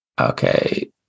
okay